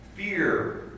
Fear